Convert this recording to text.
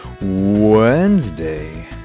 Wednesday